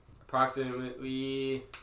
Approximately